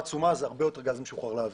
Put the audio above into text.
יותר גז משוחרר לאוויר.